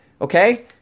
Okay